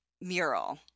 mural